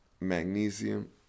magnesium